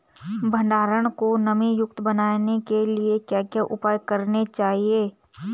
भंडारण को नमी युक्त बनाने के लिए क्या क्या उपाय करने चाहिए?